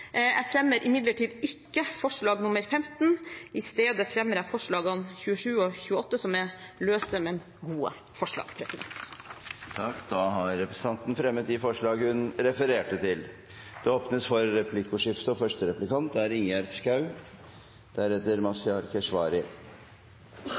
Jeg fremmer imidlertid ikke forslag nr. 15. Istedenfor fremmer jeg forslagene nr. 27 og 28, som er løse, men gode forslag. Representanten Helga Pedersen har tatt opp de forslag hun refererte til. Det blir replikkordskifte. Jeg vil benytte anledningen til også å takke representanten Pedersen for